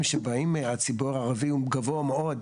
שבאים מהציבור הערבי הוא גבוה מאוד.